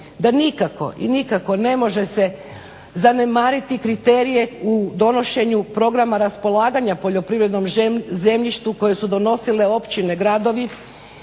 da nikako i nikako ne može se zanemariti kriterije u donošenju programa raspolaganja poljoprivrednom zemljištu koje su donosile općine, gradovi